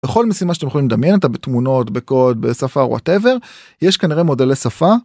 בכל משימה שאתם יכולים לדמיין אתה בתמונות, בקוד, בשפה, whatever, יש כנראה מודלי שפה